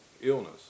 illness